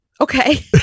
Okay